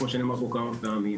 כמו שנאמר פה כמה פעמים,